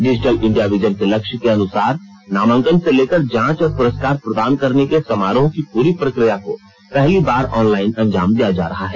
digital India vision के लक्ष्य के अनुसार नामांकन से लेकर जांच और पुरस्कार प्रदान करने के समारोह की पूरी प्रक्रिया को पहली बार ऑनलाइन अंजाम दिया जा रहा है